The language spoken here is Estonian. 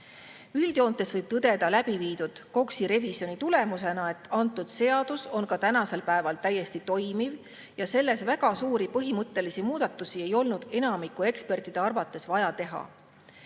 Üldjoontes võib KOKS‑i revisjoni tulemusena tõdeda, et see seadus on ka tänasel päeval täiesti toimiv ja selles väga suuri põhimõttelisi muudatusi ei olnud enamiku ekspertide arvates vaja teha.